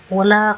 wala